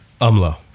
Umlo